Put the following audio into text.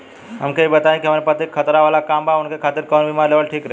हमके ई बताईं कि हमरे पति क खतरा वाला काम बा ऊनके खातिर कवन बीमा लेवल ठीक रही?